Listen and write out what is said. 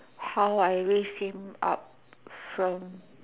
how I raise him up from